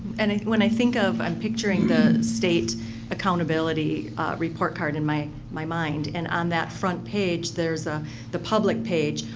and when i think of, i'm picturing the state accountability report card in my my mind. and on that front page there's ah the public page.